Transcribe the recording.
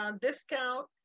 discount